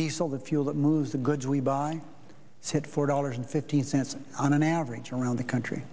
diesel the fuel that moves the goods we buy said four dollars and fifty cents on an average around the country